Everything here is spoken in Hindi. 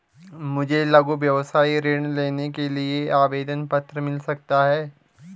मुझे लघु व्यवसाय ऋण लेने के लिए आवेदन पत्र मिल सकता है?